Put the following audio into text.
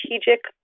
strategic